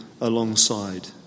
alongside